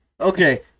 Okay